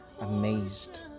amazed